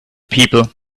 people